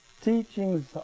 teachings